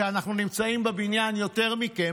שיותר מאיתנו נמצאים בבניין מכם,